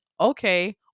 okay